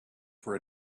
for